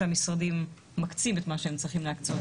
שהמשרדים מקצים את מה שהם צריכים להקצות